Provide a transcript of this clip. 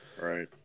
Right